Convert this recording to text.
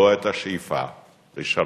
לא את השאיפה לשלום.